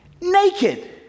naked